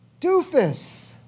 doofus